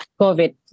COVID